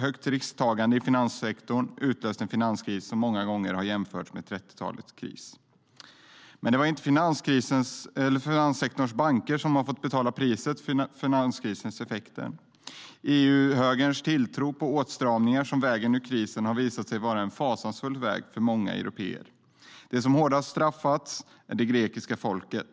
högt risktagande i finanssektorn utlöst en finanskris som många gånger har jämförts med 30-talets kris. Men det har inte varit finanssektorns banker som har fått betala priset för finanskrisens effekter. EU-högerns tilltro till åtstramning som vägen ur krisen har visat sig vara en fasansfull väg för många européer. De som har straffats hårdast är det grekiska folket.